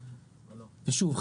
ושוב,